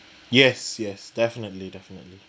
yes yes definitely definitely